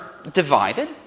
divided